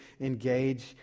engage